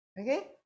Okay